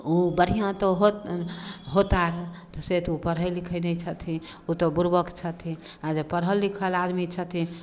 ओ बढ़िआँ तऽ हो होतारऽ तऽ से तऽ ओ पढ़ै लिखै नहि छथिन ओ तऽ बुड़बक छथिन आ जे पढ़ल लिखल आदमी छथिन